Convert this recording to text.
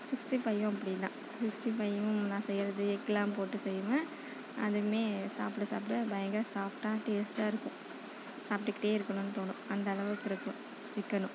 sixty ஃபையும் அப்படி தான் சிக்ஸ்டி ஃபையும் நான் செய்கிறது எக்லாம் போட்டு செய்வேன் அதுவுமே சாப்பிட சாப்பிட பயங்கர சாஃப்டாக டேஸ்டாக இருக்கும் சாப்பிட்டுக்கிட்டே இருக்கணும்னு தோணும் அந்தளவுக்கு இருக்கும் சிக்கனும்